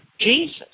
Jesus